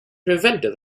prevented